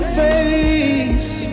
face